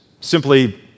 simply